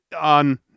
on